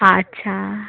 আচ্ছা